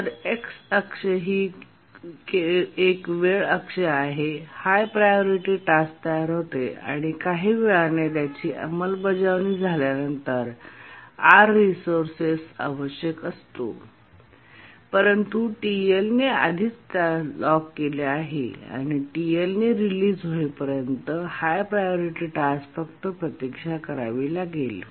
तर X अक्ष ही वेळ अक्ष आहे हाय प्रायोरिटी टास्क तयार होते आणि काही वेळाने त्याची अंमलबजावणी झाल्यानंतर R रिसोर्सेस आवश्यक असतो परंतु TLने आधीच त्यास लॉक केले आहे आणि TLने रिलीज होईपर्यंत हाय प्रायोरिटी टास्क फक्त प्रतीक्षा करावी लागेल